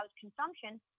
consumption